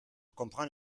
comprends